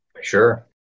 Sure